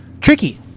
Tricky